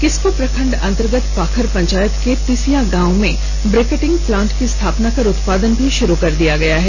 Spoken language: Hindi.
किस्को प्रखण्ड अंतर्गत पाखर पंचायत के तिसिया गांव में ब्रिकेटिंग प्लांट की स्थापना कर उत्पादन भी शुरू कर दिया गया है